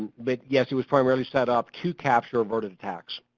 but, yes, it was primarily set up to capture averted attacks.